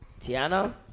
Tiana